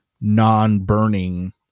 non-burning